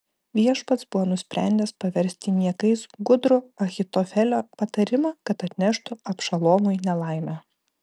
viešpats buvo nusprendęs paversti niekais gudrų ahitofelio patarimą kad atneštų abšalomui nelaimę